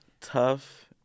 tough